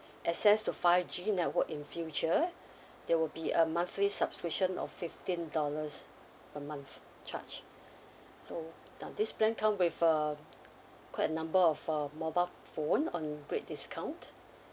access to five G network in future there will be a monthly subscription of fifteen dollars a month charged so now this plan come with uh quite a number of uh mobile phone on great discount